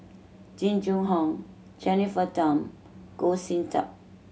Jing Jun Hong Jennifer Tham Goh Sin Tub